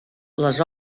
les